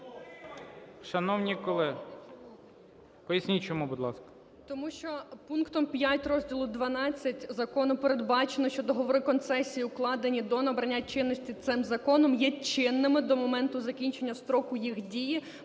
Шановні колеги… Поясніть чому, будь ласка. 13:07:17 ПІДЛАСА Р.А. Тому що пунктом 5 розділу XXI закону передбачено, що договори концесії, укладені до набрання чинності цим законом, є чинними до моменту закінчення строку їх дії.